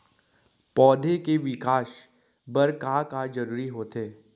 पौधे के विकास बर का का जरूरी होथे?